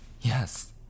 Yes